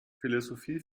philosophie